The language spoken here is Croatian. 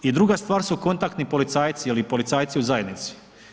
I druga stvar su kontaktni policajci ili policajci u zajednici.